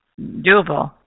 doable